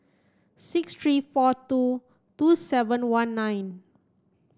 six three four two two seven one nine